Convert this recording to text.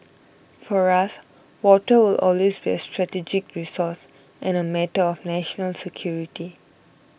for us water will always be a strategic resource and a matter of national security